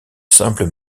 simple